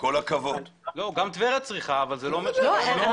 גם טבריה צריכה, אבל זה לא אומר שצפת לא צריכה.